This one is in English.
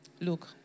look